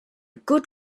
good